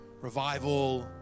revival